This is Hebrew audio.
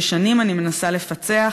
ששנים אני מנסה לפצח,